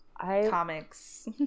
comics